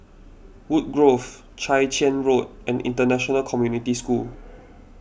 Woodgrove Chwee Chian Road and International Community School